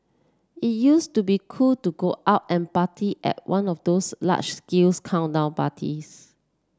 it used to be cool to go out and party at one of those large scale countdown parties